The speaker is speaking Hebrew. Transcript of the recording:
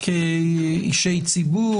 כאישי ציבור,